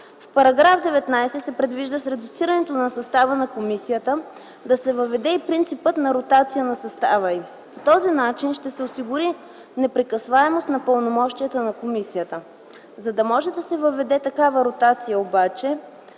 В § 19 се предвижда с редуцирането на състава на Комисията да се въведе и принципът на ротация на състава й. По този начин ще се осигури непрекъсваемост на пълномощията на Комисията. За да може да се въведе такава ротация обаче,